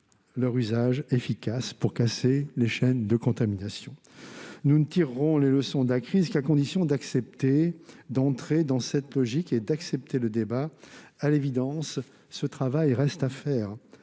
leur usage efficace pour casser les chaînes de contamination. Nous ne tirerons les leçons de la crise qu'à condition d'accepter d'entrer dans la logique du débat. À l'évidence, ce travail reste à faire.